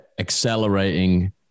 accelerating